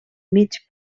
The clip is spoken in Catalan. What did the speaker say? mig